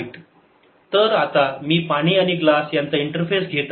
तर आता मी पाणी आणि ग्लास यांचा इंटरफेस घेत आहे